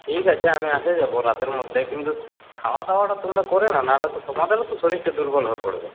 ঠিক আছে আমি এসে যাব রাতের মধ্যে কিন্তু খাওয়া দাওয়াটা তোমরা করে নাও না হলে তো তোমাদেরও তো শরীরটা দুর্বল হয়ে পড়বে